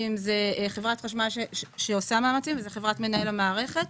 לחברת החשמל שעושה מאמצים ולחברת מנהל המערכת,